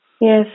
Yes